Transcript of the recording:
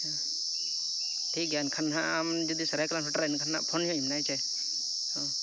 ᱟᱪᱪᱷᱟ ᱴᱷᱤᱠ ᱜᱮᱭᱟ ᱮᱱᱠᱷᱟᱱ ᱱᱟᱦᱟᱜ ᱟᱢ ᱡᱩᱫᱤ ᱥᱟᱨᱟᱭᱠᱮᱞᱞᱟᱢ ᱥᱮᱴᱮᱨᱚᱜᱼᱟ ᱮᱱᱠᱷᱟᱱ ᱱᱟᱜ ᱯᱷᱳᱱᱟᱹᱧᱢᱮ ᱦᱮᱪᱮ ᱚᱻ